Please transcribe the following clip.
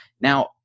Now